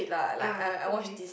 ah okay